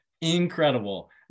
Incredible